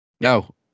No